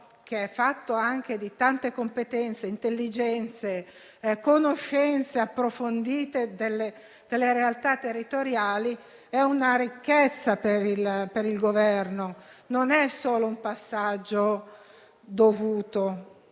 che è fatto anche di tante competenze, intelligenze e conoscenze approfondite delle realtà territoriali, è una ricchezza per il Governo e non solo un passaggio dovuto.